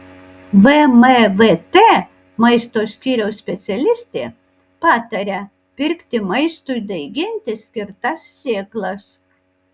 vmvt maisto skyriaus specialistė pataria pirkti maistui daiginti skirtas sėklas